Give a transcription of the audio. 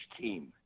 team